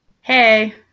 Hey